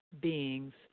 beings